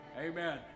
Amen